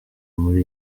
muri